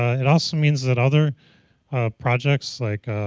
it also means that other projects like